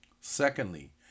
Secondly